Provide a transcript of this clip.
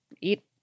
Eat